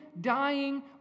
dying